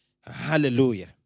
Hallelujah